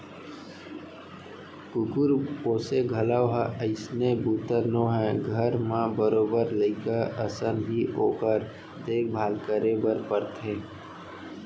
कुकुर पोसे घलौक ह अइसने बूता नोहय घर म बरोबर लइका असन ही ओकर देख भाल करे बर परथे